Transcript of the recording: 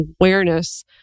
awareness